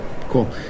cool